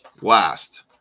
Last